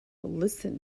listen